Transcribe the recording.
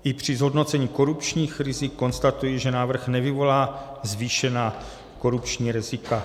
I při zhodnocení korupčních rizik konstatuji, že návrh nevyvolá zvýšená korupční rizika.